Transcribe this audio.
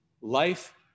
life